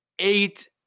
Eight